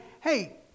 hey